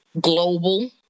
global